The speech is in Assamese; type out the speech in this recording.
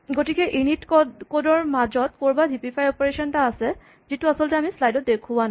গতিকে ইনিট ৰ কড ৰ মাজত ক'ৰবাত হিপিফাই অপাৰেচন এটা আছে যিটো আচলতে আমি শ্লাইড ত দেখুৱা নাই